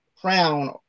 crown